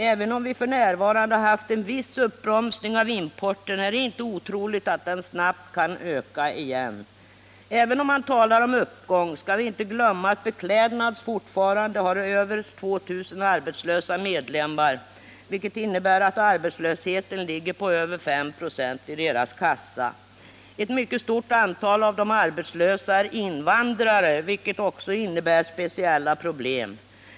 Även om vi f. n. har en viss uppbromsning av importen är det inte otroligt att den snabbt kan öka igen. Även om man talar om uppgång skall vi inte heller glömma att Beklädnadsarbetareförbundet fortfarande har över 2 000 arbetslösa medlemmar, vilket innebär att arbetslösheten ligger på mer än 5 96 i arbetslöshetskassan. Ett mycket stort antal av de arbetslösa är invandrare, vilket innebär speciella problem.